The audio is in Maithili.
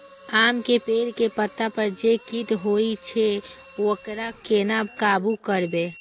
आम के पेड़ के पत्ता पर जे कीट होय छे वकरा केना काबू करबे?